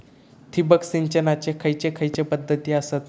ठिबक सिंचनाचे खैयचे खैयचे पध्दती आसत?